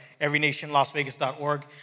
everynationlasvegas.org